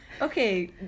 Okay